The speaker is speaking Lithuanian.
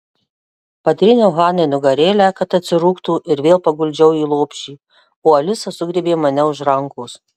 patryniau hanai nugarėlę kad atsirūgtų ir vėl paguldžiau į lopšį o alisa sugriebė man už rankos